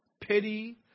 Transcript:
pity